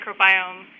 microbiome